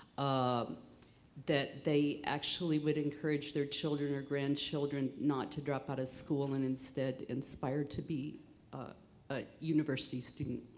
um that they actually would encourage their children or grandchildren not to drop out of school and instead inspire to be a university student.